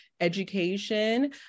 education